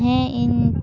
ᱦᱮᱸ ᱤᱧ